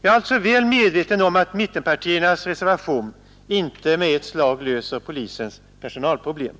Jag är alltså väl medveten om att mittenpartiernas reservation inte med ett slag löser polisens personalproblem.